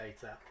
data